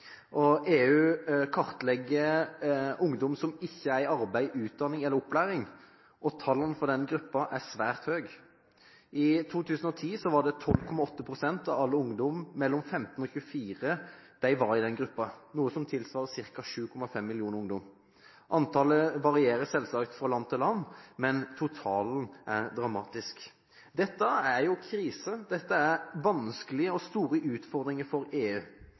EU kartlegger ungdom som ikke er i arbeid, utdanning eller opplæring, og tallene for denne gruppen er svært høye. I 2010 var det 12,8 pst. av all ungdom mellom 15 og 24 år som var i den gruppen, noe som tilsvarer 7,5 millioner ungdommer. Antallet varierer selvsagt fra land til land, men totalen er dramatisk. Dette er krise, dette er vanskelig og gir EU store utfordringer.